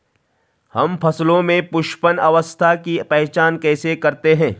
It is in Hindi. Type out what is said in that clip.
हम फसलों में पुष्पन अवस्था की पहचान कैसे करते हैं?